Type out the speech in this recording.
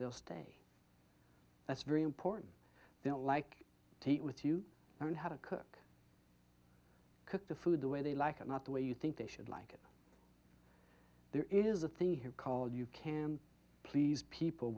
they'll stay that's very important they don't like to eat with you learn how to cook cook the food the way they like or not the way you think they should like it there is a thing here called you can please people